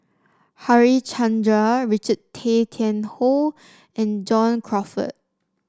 Harichandra Richard Tay Tian Hoe and John Crawfurd